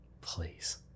please